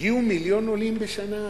הגיעו מיליון עולים בשנה ארצה.